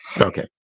Okay